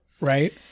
right